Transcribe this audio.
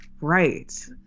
right